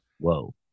Whoa